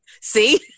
See